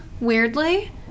weirdly